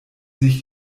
sich